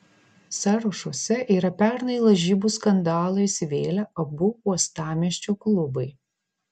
sąrašuose yra pernai į lažybų skandalą įsivėlę abu uostamiesčio klubai